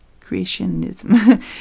Creationism